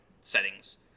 settings